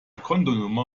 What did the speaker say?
kontonummer